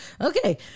okay